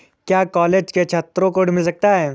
क्या कॉलेज के छात्रो को ऋण मिल सकता है?